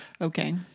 Okay